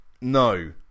no